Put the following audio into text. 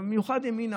אבל במיוחד ימינה,